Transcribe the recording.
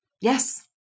Yes